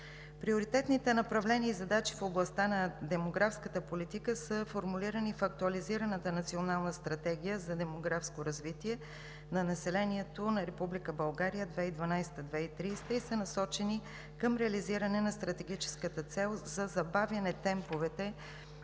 Приоритетните направления и задачи в областта на демографската политика са формулирани в Актуализираната Национална стратегия за демографско развитие на населението в Република България 2012 – 2030 г. и са насочени към реализиране на стратегическата цел за забавяне темповете